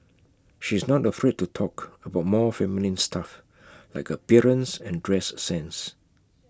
she is not afraid to talk about more feminine stuff like her appearance and dress sense